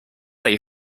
they